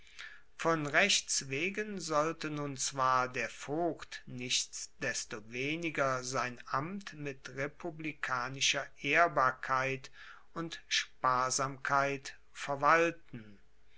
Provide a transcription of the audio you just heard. von rechts wegen sollte nun zwar der vogt nichtsdestoweniger sein amt mit republikanischer ehrbarkeit und sparsamkeit verwalten